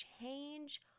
change